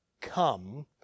come